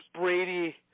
Brady